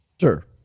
Sure